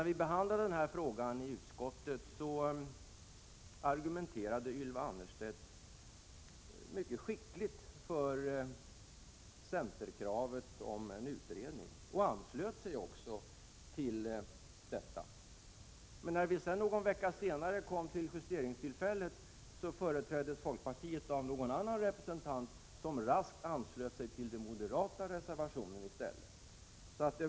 När vi behandlade den här frågan i utskottet argumenterade Ylva Annerstedt mycket skickligt för centerkravet på en utredning och anslöt sig också till detta, men när vi någon vecka senare kom till justeringstillfället företräddes folkpartiet av någon annan representant, som raskt anslöt sig till den moderata reservationen i stället.